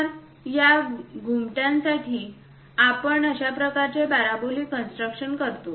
तर या घुमट्यांसाठी आपण अशा प्रकारचे पॅराबोलिक कन्स्ट्रक्शन करतो